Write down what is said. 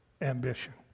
ambition